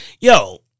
Yo